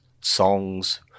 songs